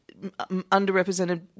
underrepresented